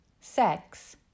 sex